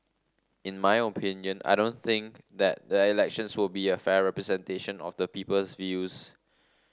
in my opinion I don't think that the elections will be a fair representation of the people's views